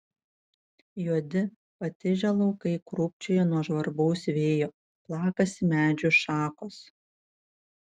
juodi patižę laukai krūpčioja nuo žvarbaus vėjo plakasi medžių šakos